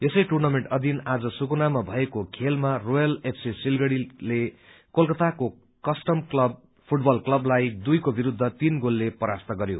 यसै टुनमिन्ट अधिन आज सुकुनामा भएको खेलमा रोयल एफसी सिलगढ़ले कोलकताको कस्टम फूटबल क्लबलाई दुइको विरूद्ध तीन गोलले परास्त गरयो